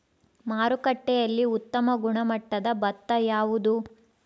ಮಾರುಕಟ್ಟೆಯಲ್ಲಿ ಉತ್ತಮ ಗುಣಮಟ್ಟದ ಭತ್ತ ಯಾವುದು?